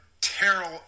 Terrell